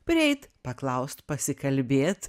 prieit paklausust pasikalbėt